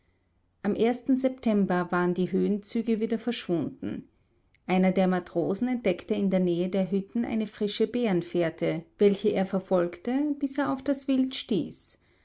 am september waren die höhenzüge wieder verschwunden einer der matrosen entdeckte in der nähe der hütten eine frische bärenfährte welche er verfolgte bis er auf das wild stieß